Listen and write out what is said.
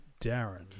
Darren